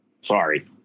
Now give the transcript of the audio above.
sorry